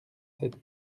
sept